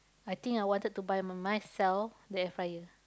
I think I wanted to buy by myself the air-fryer